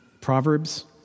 Proverbs